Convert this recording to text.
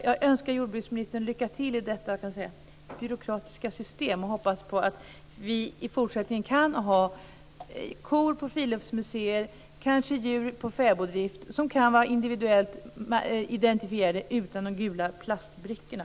Jag önskar jordbruksministern lycka till i detta byråkratiska system och hoppas på att det i fortsättningen ska finnas kor på friluftsmuseer och kanske djur i fäboddrift som kan identifieras individuellt utan de gula plastbrickorna.